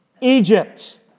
Egypt